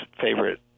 favorite